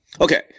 Okay